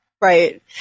Right